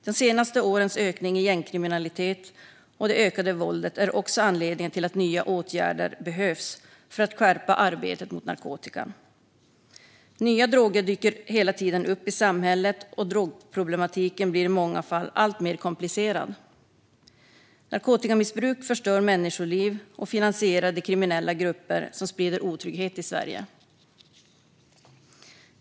De senaste årens ökade gängkriminalitet och våld är också anledningen till att nya åtgärder behövs för att skärpa arbetet mot narkotikan. Nya droger dyker hela tiden upp i samhället, och drogproblematiken blir i många fall alltmer komplicerad. Narkotikamissbruk förstör människoliv och finansierar de kriminella grupper som sprider otrygghet i Sverige.